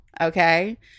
okay